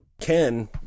Ken